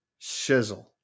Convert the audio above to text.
shizzle